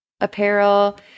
apparel